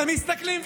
הם מסתכלים,